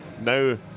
now